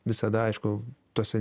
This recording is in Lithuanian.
visada aišku tuose